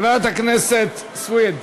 חברת הכנסת סויד,